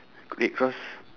red cross